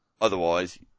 Otherwise